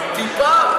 טיפה,